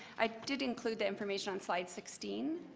i did include the information on slide sixteen.